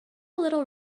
little